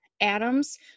atoms